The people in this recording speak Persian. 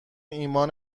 ایمان